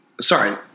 Sorry